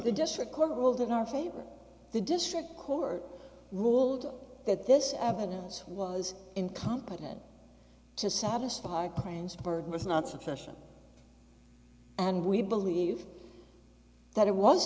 the district court ruled in our favor the district court ruled that this evidence was incompetent to satisfy claims byrd was not sufficient and we believe that it was